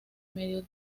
medio